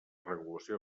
regulació